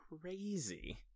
crazy